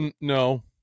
No